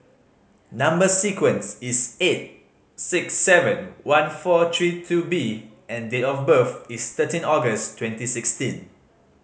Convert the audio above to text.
number sequence is eight six seven one four three two B and date of birth is thirteen August twenty sixteen